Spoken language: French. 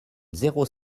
zéro